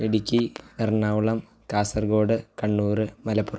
Idukki Ernakulam Kasaragod Kannur Malappuram